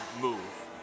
move